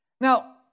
Now